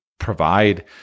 provide